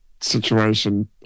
situation